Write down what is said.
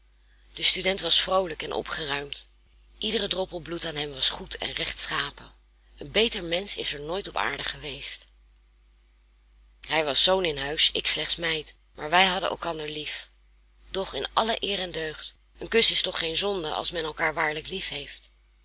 de student was vroolijk en opgeruimd iedere droppel bloed aan hem was goed en rechtschapen een beter mensch is er nooit op aarde geweest hij was zoon in huis ik slechts meid maar wij hadden elkander lief doch in alle eer en deugd een kus is toch geen zonde als men elkaar waarlijk